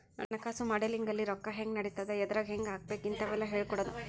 ಹಣಕಾಸು ಮಾಡೆಲಿಂಗ್ ಅಲ್ಲಿ ರೊಕ್ಕ ಹೆಂಗ್ ನಡಿತದ ಎದ್ರಾಗ್ ಹೆಂಗ ಹಾಕಬೇಕ ಇಂತವೆಲ್ಲ ಹೇಳ್ಕೊಡೋದು